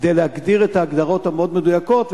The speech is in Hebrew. כדי להגדיר את ההגדרות המאוד-המדויקות.